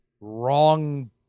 wrong